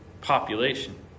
population